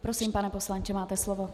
Prosím, pane poslanče, máte slovo.